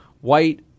white